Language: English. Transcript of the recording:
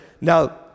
now